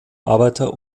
arbeiter